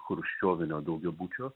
chruščiovinio daugiabučio